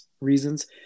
reasons